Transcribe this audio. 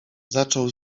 zaczął